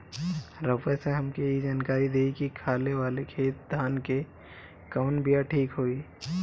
रउआ से हमके ई जानकारी देई की खाले वाले खेत धान के कवन बीया ठीक होई?